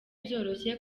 byoroshye